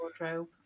wardrobe